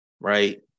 right